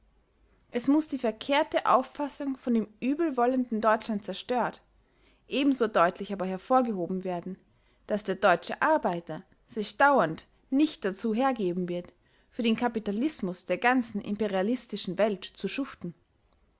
es muß die verkehrte auffassung von dem übelwollenden deutschland zerstört ebenso deutlich aber hervorgehoben werden daß der deutsche arbeiter sich dauernd nicht dazu hergeben wird für den kapitalismus der ganzen imperialistischen welt zu schuften